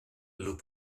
loop